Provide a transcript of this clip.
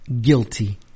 Guilty